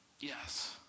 yes